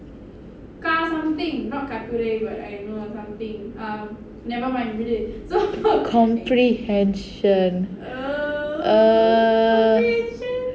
comprehension err